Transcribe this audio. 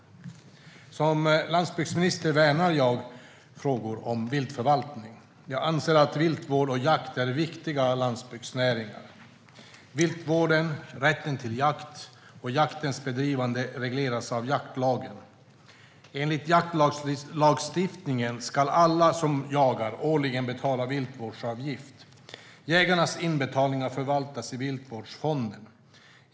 Såsom landsbygdsminister värnar jag frågor om viltförvaltning. Jag anser att viltvård och jakt är viktiga landsbygdsnäringar. Viltvården, rätten till jakt och jaktens bedrivande regleras av jaktlagen. Enligt jaktlagstiftningen ska alla som jagar årligen betala viltvårdsavgift. Jägarnas inbetalningar förvaltas i Viltvårdsfonden.